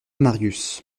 marius